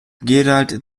gerald